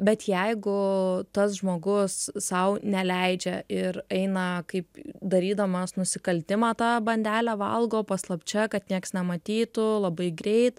bet jeigu tas žmogus sau neleidžia ir eina kaip darydamas nusikaltimą tą bandelę valgo paslapčia kad nieks nematytų labai greit